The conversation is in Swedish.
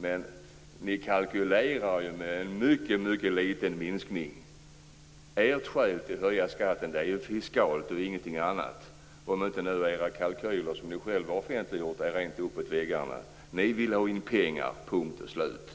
Men ni kalkylerar ju med en mycket liten minskning. Ert skäl att höja skatten är fiskalt och ingenting annat, om inte era kalkyler, som ni själva har offentliggjort, är helt uppåt väggarna. Ni vill ha in pengar, punkt och slut.